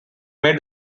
made